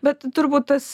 bet turbūt tas